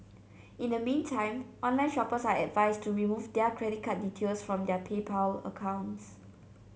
in the meantime online shoppers are advised to remove their credit card details from their PayPal accounts